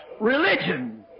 religion